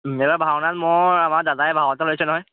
সেইদিনা ভাওনাত মৰ আমাৰ দাদাই ভাও এটা লৈছে নহয়